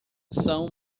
são